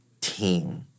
team